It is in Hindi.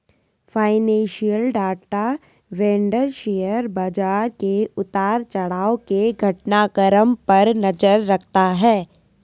फाइनेंशियल डाटा वेंडर शेयर बाजार के उतार चढ़ाव के घटनाक्रम पर नजर रखता है